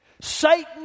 Satan